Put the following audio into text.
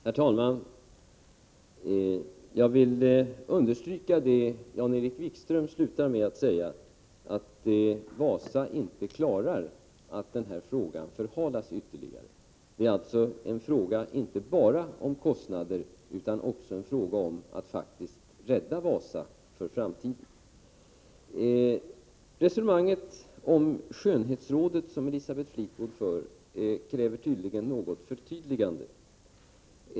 Herr talman! Jag vill understryka det som Jan-Erik Wikström sade i slutet av sitt inlägg nyss, nämligen att Wasa inte klarar att den här frågan förhalas ytterligare. Det är alltså inte bara en fråga om kostnader utan också en fråga om att faktiskt rädda Wasa för framtiden. Det resonemang om skönhetsrådet som Elisabeth Fleetwood för kräver tydligen ett förtydligande.